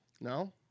No